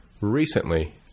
recently